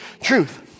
truth